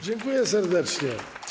Dziękuję serdecznie.